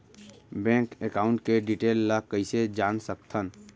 Bank account के detail ल कइसे जान सकथन?